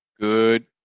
Good